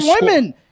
women